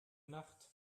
nacht